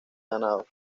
ganado